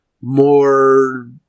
more